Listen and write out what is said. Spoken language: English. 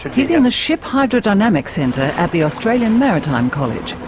he's in a ship hydrodynamic centre at the australian maritime college,